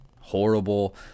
horrible